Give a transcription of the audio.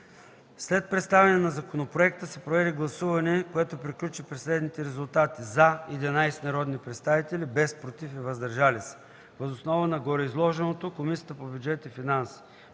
След представяне на законопроекта се проведе гласуване, което приключи при следните резултати: „за” – 11 народни представители, без „против” и „въздържали се”. Въз основа на гореизложеното Комисията по бюджет и финанси